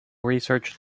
research